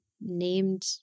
named